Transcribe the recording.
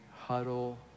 huddle